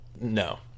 No